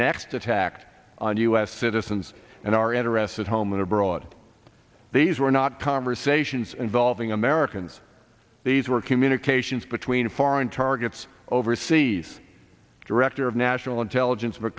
next attack on u s citizens and our interests at home and abroad these were not conversations involving americans these were communications between foreign targets overseas director of national intelligence